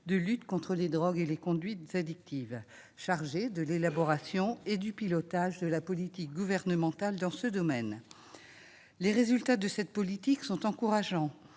de lutte contre les drogues et les conduites addictives (Mildeca) chargée de l'élaboration et du pilotage de la politique gouvernementale dans ce domaine. Les résultats de cette politique sont encourageants.